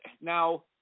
now